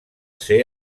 ser